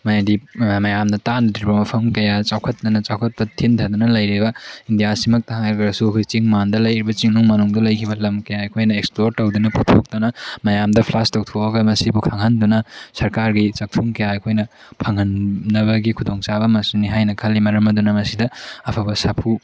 ꯍꯥꯏꯗꯤ ꯃꯌꯥꯝꯗ ꯇꯥꯟꯅꯗ꯭ꯔꯤꯕ ꯃꯐꯝ ꯀꯌꯥ ꯆꯥꯎꯈꯠꯇꯅ ꯆꯥꯎꯈꯠꯄ ꯊꯤꯟꯊꯗꯅ ꯂꯩꯔꯤꯕ ꯏꯟꯗꯤꯌꯥꯁꯤꯃꯛꯇ ꯍꯥꯏꯔꯁꯨ ꯑꯩꯈꯣꯏ ꯆꯤꯡ ꯃꯥꯟꯗ ꯂꯩꯔꯤꯕ ꯆꯤꯡꯅꯨꯡ ꯃꯥꯅꯨꯡꯗ ꯂꯩꯈꯤꯕ ꯂꯝ ꯀꯌꯥ ꯑꯩꯈꯣꯏꯅ ꯑꯦꯛꯁꯄ꯭ꯂꯣꯔ ꯇꯧꯗꯅ ꯄꯨꯊꯣꯛꯇꯅ ꯃꯌꯥꯝꯗ ꯐ꯭ꯂꯥꯁ ꯇꯧꯊꯣꯛꯑꯒ ꯃꯁꯤꯕꯨ ꯈꯪꯍꯟꯗꯨꯅ ꯁꯔꯀꯥꯔꯒꯤ ꯆꯥꯛꯊꯨꯡ ꯀꯌꯥ ꯑꯩꯈꯣꯏꯅ ꯐꯪꯍꯟꯅꯕꯒꯤ ꯈꯨꯗꯣꯡ ꯆꯥꯕ ꯑꯃꯁꯨꯅꯦ ꯍꯥꯏꯅ ꯈꯜꯂꯤ ꯃꯔꯝ ꯑꯗꯨꯅ ꯃꯁꯤꯗ ꯑꯐꯕ ꯁꯥꯐꯨ